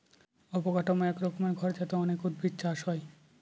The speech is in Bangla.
অবকাঠামো এক রকমের ঘর যাতে অনেক উদ্ভিদ চাষ হয়